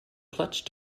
clutch